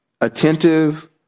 attentive